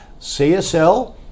CSL